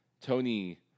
Tony